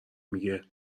میگه